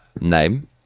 name